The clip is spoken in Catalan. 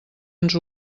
ens